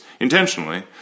intentionally